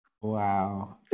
Wow